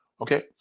okay